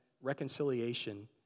reconciliation